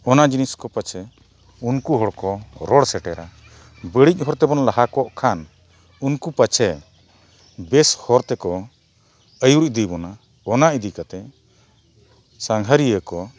ᱚᱱᱟ ᱡᱤᱱᱤᱥ ᱠᱚ ᱯᱟᱪᱮ ᱩᱱᱠᱩ ᱦᱚᱲ ᱠᱚ ᱨᱚᱲ ᱥᱮᱴᱮᱨᱟ ᱵᱟᱹᱲᱤᱡ ᱦᱚᱨ ᱛᱮᱵᱚᱱ ᱞᱟᱦᱟ ᱠᱚᱜ ᱠᱷᱟᱱ ᱩᱱᱠᱩ ᱯᱟᱥᱮ ᱵᱮᱥ ᱦᱚᱨ ᱛᱮᱠᱚ ᱟᱹᱭᱩᱨ ᱤᱫᱤ ᱵᱚᱱᱟ ᱚᱱᱟ ᱤᱫᱤ ᱠᱟᱛᱫ ᱥᱟᱸᱜᱷᱟᱨᱤᱭᱟᱹ ᱠᱚ